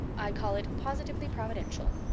i call it positively providential.